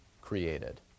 created